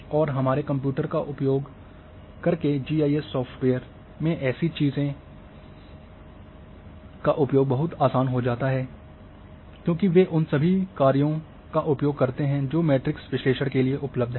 और हमारे कंप्यूटर का उपयोग करके जी आई एस सॉफ़्टवेयर में ऐसी चीज़ों का उपयोग बहुत आसान हो जाता है क्योंकि वे उन सभी कार्यों का उपयोग करते हैं जो मैट्रिक्स विश्लेषण के लिए उपलब्ध हैं